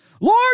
Lord